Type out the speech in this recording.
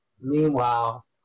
meanwhile